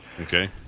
Okay